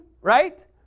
right